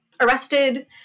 arrested